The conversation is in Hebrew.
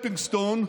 stepping stone,